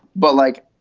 but like,